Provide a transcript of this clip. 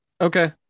Okay